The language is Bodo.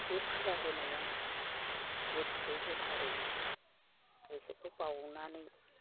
बे फुजा होनाया गोसो गोथारै गोसोखौ बाउनानै